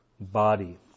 body